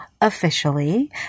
officially